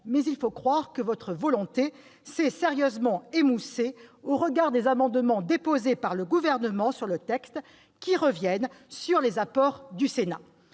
Mais il faut croire que votre volonté s'est sérieusement émoussée au regard des amendements déposés par le Gouvernement sur le texte qui reviennent sur les apports du Sénat.